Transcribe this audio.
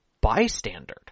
bystander